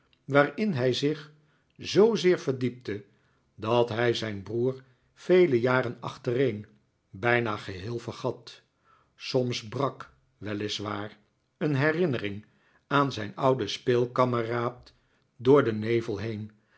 waarin hij zich zoozeer verdiepte dat hij zijn broer vele jaren achtereen bijna geheel vergat soms brak wel is waar een herinnering aan zijn ouden speelkameraad door den nevel heen